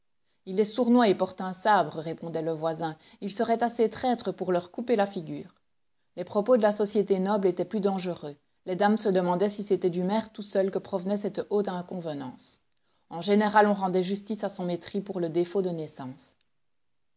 il est sournois et porte un sabre répondait le voisin il serait assez traître pour leur couper la figure les propos de la société noble étaient plus dangereux les dames se demandaient si c'était du maire tout seul que provenait cette haute inconvenance en général on rendait justice à son mépris pour le défaut de naissance